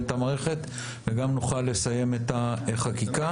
את המערכת וגם נוכל לסיים את החקיקה.